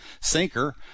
sinker